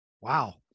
Wow